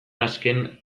azken